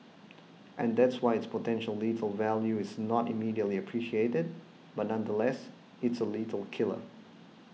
and that's why its potential lethal value is not immediately appreciated but nonetheless it's a lethal killer